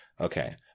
Okay